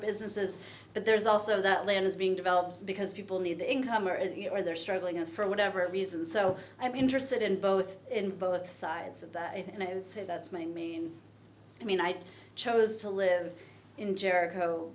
businesses but there's also that land is being developed because people need the income or it or they're struggling as for whatever reason so i'm interested in both in both sides of that and i would say that i mean i chose to live in jericho